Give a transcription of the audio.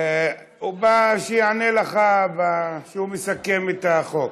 הוא יענה לך כשהוא מסכם את החוק.